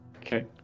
okay